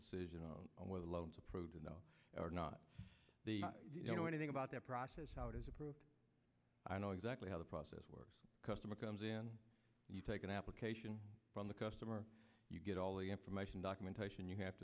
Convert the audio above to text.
decision on whether loans approved enough or not you know anything about that process how it is approved i know exactly how the process works customer comes in you take an application from the customer you get all the information documentation you have